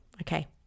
Okay